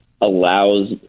allows